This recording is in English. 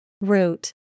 Root